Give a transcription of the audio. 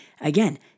again